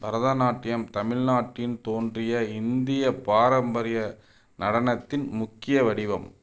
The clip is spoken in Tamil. பரதநாட்டியம் தமிழ்நாட்டின் தோன்றிய இந்திய பாரம்பரிய நடனத்தின் முக்கிய வடிவம்